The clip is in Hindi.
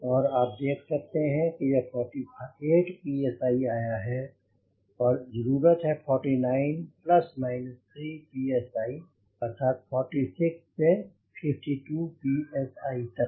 और आप देख सकते हैं यह 48 पीएसआई आया है और जरूरत है 49 प्लस माइनस 3 पीएसआई अर्थात 46 से 52 पीएसआई तक